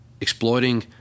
exploiting